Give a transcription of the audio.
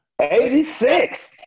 86